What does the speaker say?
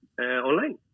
online